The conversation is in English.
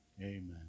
Amen